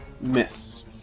Miss